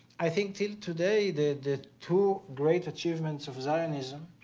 i think till today the two great achievements of zionism